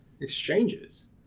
exchanges